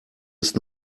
ist